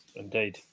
indeed